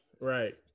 right